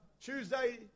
Tuesday